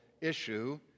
issue